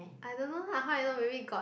I don't know lah how I know maybe got